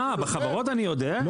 אה בחברות אני יודע.